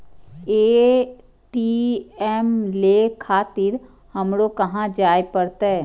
ATM ले खातिर हमरो कहाँ जाए परतें?